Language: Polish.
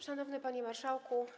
Szanowny Panie Marszałku!